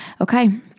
Okay